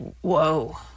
Whoa